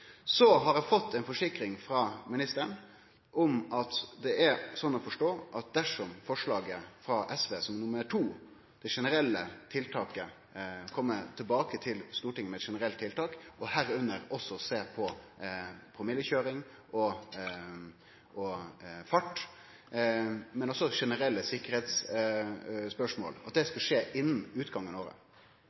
Så har eg fått ei forsikring frå ministeren om at det er slik å forstå at når det gjeld forslag nr. 2, frå SV, om å kome tilbake til Stortinget med eit generelt tiltak og også sjå på promillekøyring og fart og generelle sikkerheitsspørsmål, vil det skje innan utgangen